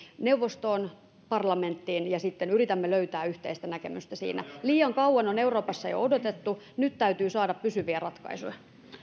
neuvostoon parlamenttiin ja sitten yritämme löytää yhteistä näkemystä siinä liian kauan on euroopassa jo odotettu nyt täytyy saada pysyviä ratkaisuja